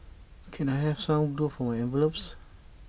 can I have some glue for my envelopes